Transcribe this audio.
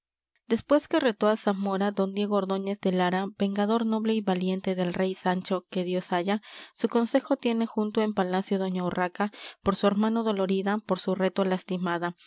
después que retó á zamora don diego ordóñez de lara vengador noble y valiente del rey sancho que dios haya su consejo tiene junto en palacio doña urraca por su hermano dolorida por su reto lastimada